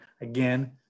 again